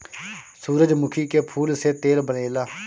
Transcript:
सूरजमुखी के फूल से तेल बनेला